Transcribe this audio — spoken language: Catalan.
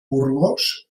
burgos